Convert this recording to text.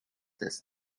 this